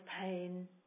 pain